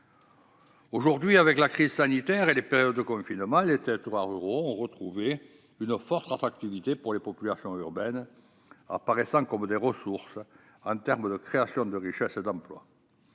Aujourd'hui, avec la crise sanitaire et les périodes de confinement, les territoires ruraux ont retrouvé une forte attractivité pour les populations urbaines, représentant des ressources en matière de création de richesse et d'emplois.